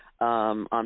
on